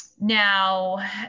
now